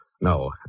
no